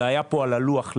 זה היה פה על הלוח,